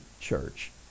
church